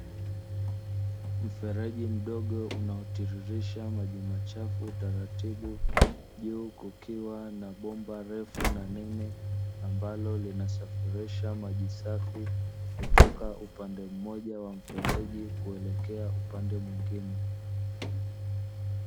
Mfereji mdogo unaotiririsha maji machafu taratibu, juu kukiwa na bomba refu na nene ambalo linasafirisha maji safi kutoka upande mmoja wa mfereji kuelekea upande mwingine.